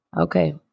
Okay